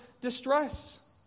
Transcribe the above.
distress